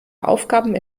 aufgaben